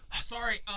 Sorry